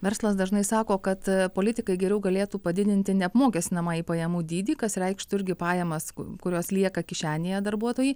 verslas dažnai sako kad politikai geriau galėtų padidinti neapmokestinamąjį pajamų dydį kas reikštų irgi pajamas kurios lieka kišenėje darbuotojui